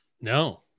No